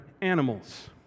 animals